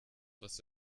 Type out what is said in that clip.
was